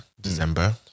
December